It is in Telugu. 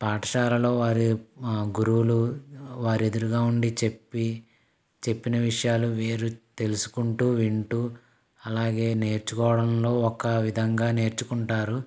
పాఠశాలలో వారు గురువులు వారు ఎదురుగా ఉండి చెప్పి చెప్పిన విషయాలు వీళ్ళు తెలుసుకుంటూ వింటూ అలాగే నేర్చుకోవడంలో ఒక విధంగా నేర్చుకుంటారు